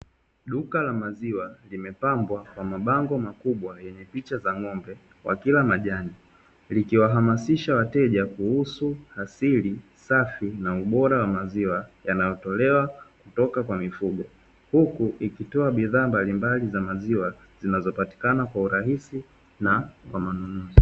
Duka la maziwa limepambwa kwa mabango makubwa yenye picha za ng'ombe wakila majani, likiwahamasisha wateja kuhusu asili safi na ubora wa maziwa yanayotolewa toka kwa mifugo. Huku ikitoa bidhaa mbalimbali za maziwa zinazopatikana kwa urahisi na kwa manunuzi.